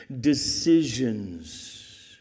decisions